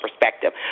perspective